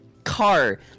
car